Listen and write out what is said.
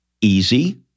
easy